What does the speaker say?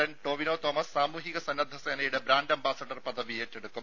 നടൻ ടോവിനോ തോമസ് സാമൂഹിക സന്നദ്ധ സേനയുടെ ബ്രാൻഡ് അംബാസഡർ പദവി ഏറ്റെടുക്കും